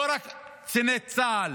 לא רק קציני צה"ל